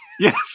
Yes